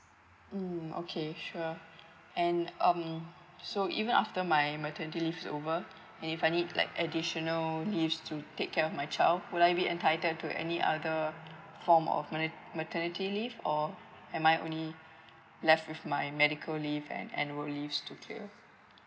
mm okay sure and um so even after my my maternity leave is over and if I need like additional leaves to take care of my child would I be entitled to any other form of ma~ maternity leave or am I only left with my medical leave and annual leave to clear